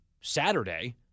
Saturday